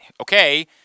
Okay